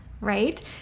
right